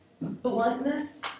bluntness